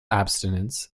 abstinence